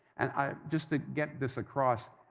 and just to get this across,